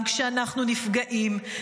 גם כשאנחנו נפגעים,